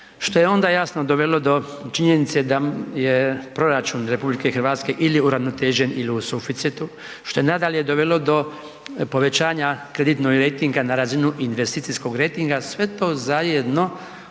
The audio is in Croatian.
što je onda jasno dovelo do činjenice da je proračun RH ili uravnotežen ili u suficitu, što je nadalje dovelo do povećanja kreditnog rejtinga na razinu investicijskog rejtinga, sve to zajedno